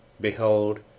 behold